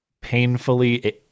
painfully